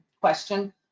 question